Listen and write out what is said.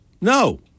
No